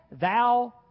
thou